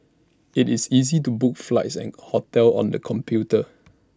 IT is easy to book flights and hotels on the computer